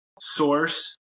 source